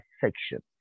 section